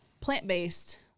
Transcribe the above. plant-based